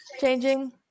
changing